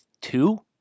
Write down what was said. two